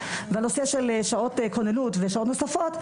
והנושא של שעות כוננות ושעות נוספות,